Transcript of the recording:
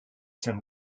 saint